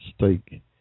stake